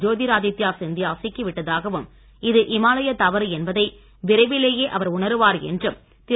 ஜோதிராதித்யா சிந்தியா சிக்கி விட்டதாகவும் இது இமாலய தவறு என்பதை விரைவிலேயே அவர் உணருவார் என்றும் திரு